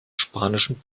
spanischen